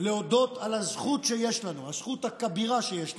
להודות על הזכות שיש לנו, הזכות הכבירה שיש לנו,